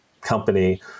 company